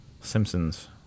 Simpsons